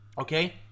Okay